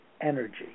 energy